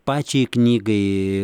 pačiai knygai